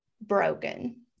broken